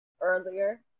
earlier